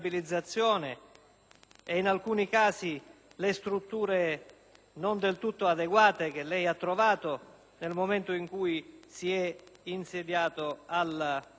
e in alcuni casi le strutture non del tutto adeguate che lei ha trovato nel momento in cui si è insediato al Ministero.